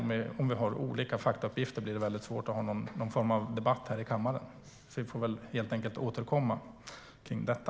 Om vi har olika faktauppgifter blir det svårt att föra någon form av debatt här i kammaren. Vi får väl helt enkelt återkomma om detta.